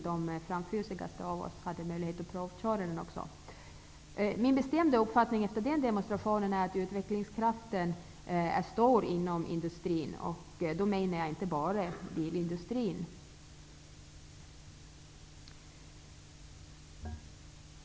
De framfusigaste av oss hade också möjlighet att provköra den. Efter den demonstrationen är min bestämda uppfattning att utvecklingskraften inom industrin är stor, och då menar jag inte bara inom bilindustrin.